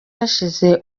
hashize